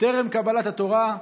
טרם קבלת התורה,